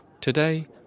Today